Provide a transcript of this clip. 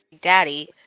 daddy